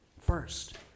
first